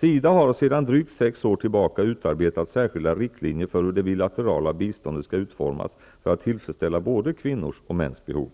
SIDA har sedan drygt sex år tillbaka utarbetat särskilda riktlinjer för hur det bilaterala biståndet skall utformas för att tillfredsställa både kvinnors och mäns behov.